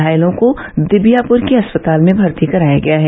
घायलों को दिबियापुर के अस्पताल में भर्ती कराया गया है